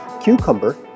cucumber